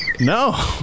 no